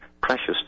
precious